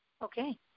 Okay